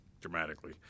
dramatically